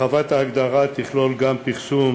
הרחבת ההגדרה תכלול גם פרסום,